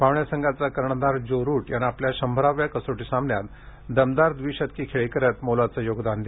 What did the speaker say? पाहुण्या संघाचा कर्णधार ज्यो रूट यानं आपल्या शंभराव्या कसोटी सामन्यात दमदार द्वीशतकी खेळी करत मोलाचं योगदान दिलं